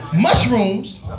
mushrooms